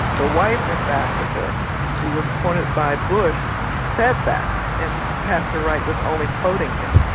the white ambassador who was appointed by bush said that. and pastor wright was only quoting him.